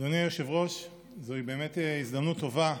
אדוני היושב-ראש, זוהי באמת הזדמנות טובה,